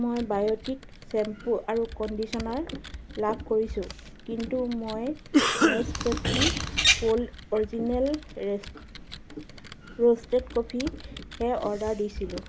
মই Biotique shampoo আৰু conditioner লাভ কৰিছোঁ কিন্তু মই নেছকেফে গোল্ড অৰিজিনেল ৰে ৰোষ্টেড কফি হে অৰ্ডাৰ দিছিলোঁ